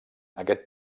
aquest